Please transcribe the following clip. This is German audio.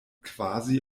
quasi